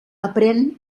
aprén